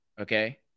Okay